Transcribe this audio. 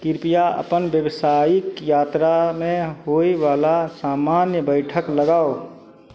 कृपया अपन व्यवसायिक यात्रामे होयवाला सामान्य बैठक लगाउ